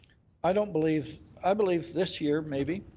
i don't believe i believe this year, maybe,